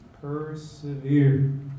persevere